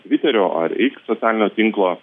tviterio ar x socialinio tinklo